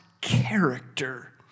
character